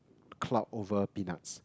clout over peanuts